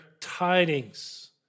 tidings